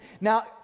Now